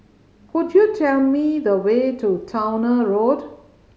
could you tell me the way to Towner Road